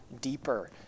deeper